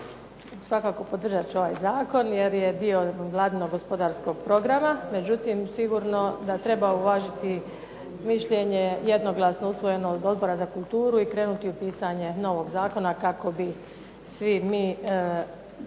Svakako podržat ću ovaj zakon, jer je dio jednog vladinog gospodarskog programa, međutim sigurno da treba uvažiti mišljenje jednoglasno usvojeno Odbora za kulturu i krenuti u pisanje novog zakona kako bi svi mi